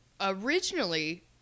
originally